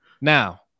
Now